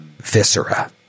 viscera